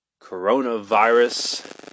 Coronavirus